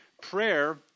prayer